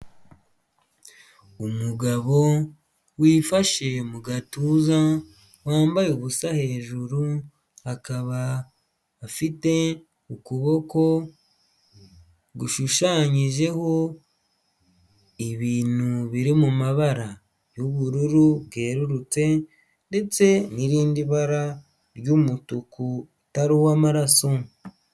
Umugabo wifashe mu gatuza, wambaye ubusa hejuru, akaba afite ukuboko gushushanyijeho ibintu biri mabara y'ubururu bwerurutse ndetse n'irindi bara ry'umutuku utari uw'mararaso.